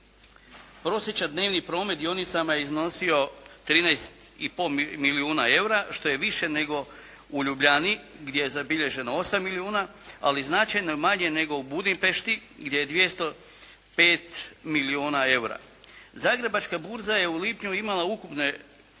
prosječan dnevni promet dionicama je iznosio 13,5 milijuna eura što je više nego u Ljubljani gdje je zabilježeno 8 milijuna, ali značajno manje nego u Budimpešti gdje je 205 milijuna eura. Zagrebačka burza je u lipnju imala ukupne